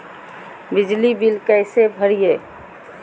बिजली बिल कैसे भरिए?